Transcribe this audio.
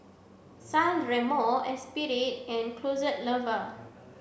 San Remo Esprit and The Closet Lover